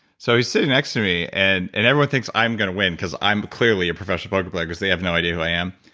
so he's sitting next to me, and and everyone things i'm going to win because i'm clearly a professional poker player because they have no idea who i am.